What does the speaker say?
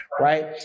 Right